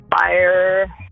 fire